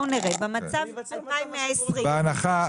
נניח,